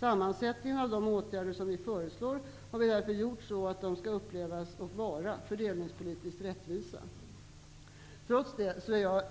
Sammansättningen av de åtgärder som nu föreslås har därför gjorts så, att de skall upplevas som och vara fördelningspolitiskt rättvisa. Trots detta är jag